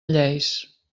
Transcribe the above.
lleis